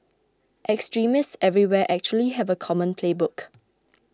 extremists everywhere actually have a common playbook